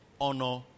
honor